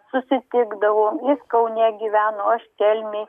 susitikdavom jis kaune gyveno aš kelmėj